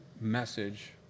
message